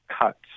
cuts